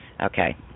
Okay